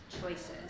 choices